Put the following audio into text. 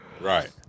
Right